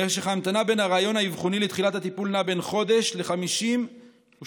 משך ההמתנה בין הריאיון האבחוני לתחילת הטיפול נע בין חודש ל-52 שבועות.